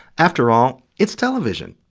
after all, it's television.